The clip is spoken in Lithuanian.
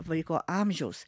vaiko amžiaus